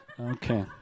Okay